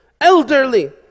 elderly